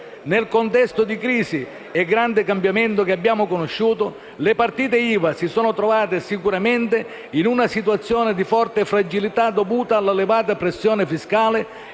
Nel contesto di crisi e grande cambiamento che abbiamo conosciuto, le partita IVA si sono trovate sicuramente in una situazione di forte fragilità dovuta alla elevata pressione fiscale